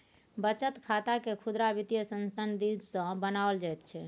बचत खातकेँ खुदरा वित्तीय संस्थान दिससँ बनाओल जाइत छै